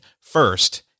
first